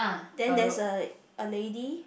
then there's a lady